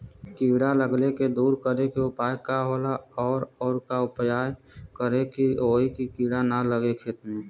कीड़ा लगले के दूर करे के उपाय का होला और और का उपाय करें कि होयी की कीड़ा न लगे खेत मे?